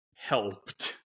helped